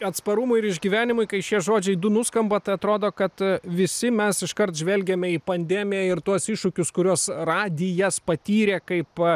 atsparumui ir išgyvenimui kai šie žodžiai du nuskamba atrodo kad visi mes iškart žvelgiame į pandemiją ir tuos iššūkius kuriuos radijas patyrė kaip